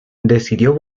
decidió